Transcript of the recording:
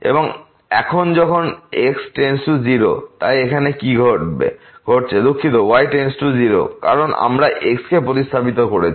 এবং এখন যখন x → 0 তাই এখানে কি ঘটছে দুখিত y → 0 কারণ আমরা x কে প্রতিস্থাপিত করেছি